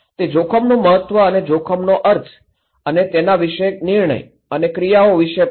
તે જોખમનું મહત્વ અને જોખમનો અર્થ અને તેના વિષયક નિર્ણય અને ક્રિયાઓ વિશે પણ છે